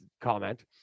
comment